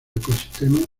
ecosistemas